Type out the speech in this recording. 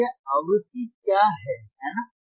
और यह आवृत्ति क्या है है ना